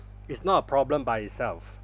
it's not a problem by itself